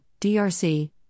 DRC